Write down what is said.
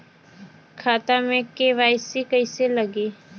खाता में के.वाइ.सी कइसे लगी?